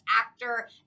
actor